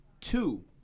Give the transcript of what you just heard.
Two